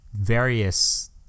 various